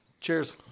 Cheers